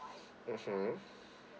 mmhmm